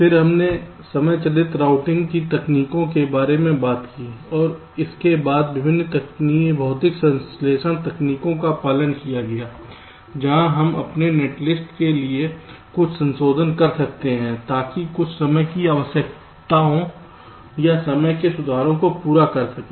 फिर हमने समय चालित रूटिंग तकनीकों के बारे में बात की और इसके बाद विभिन्न भौतिक संश्लेषण तकनीकों का पालन किया गया जहाँ हम अपने नेटलिस्ट के लिए कुछ संशोधन कर सकते हैं ताकि कुछ समय की आवश्यकताओं या समय के सुधारों को पूरा कर सकें